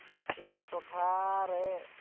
ᱤᱧᱟᱹᱜ ᱴᱚᱴᱷᱟ ᱨᱮ